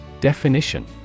Definition